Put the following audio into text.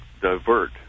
divert